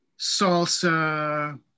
salsa